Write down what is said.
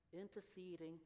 interceding